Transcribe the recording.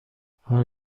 حال